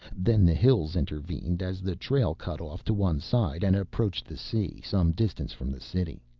then the hills intervened as the trail cut off to one side and approached the sea some distance from the city.